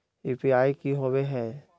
UPI की होवे है?